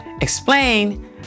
explain